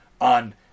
on